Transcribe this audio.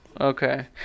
Okay